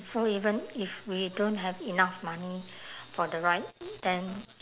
so even if we don't have enough money for the ride then